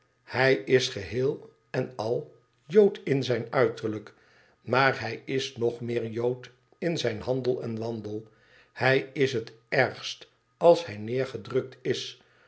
hij is geheel en al jood in zijn uiterlijk maar hij is nog meer jood in zijn handel en wandel hij is het ergst als hij neergedrukt is